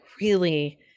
really-